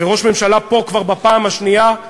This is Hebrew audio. וראש הממשלה כבר בפעם השנייה,